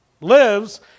lives